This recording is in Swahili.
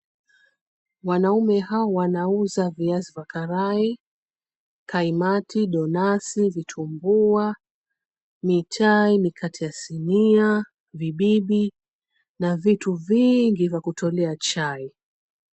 Wanaume hawa wanauza viazi vya karai, kaimati, donasi, vitumbua, mitai, mikate ya sinia, vibibi na vitu vingi vya kutolea chai.